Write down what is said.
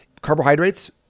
Carbohydrates